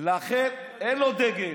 אין לו דגל.